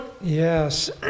Yes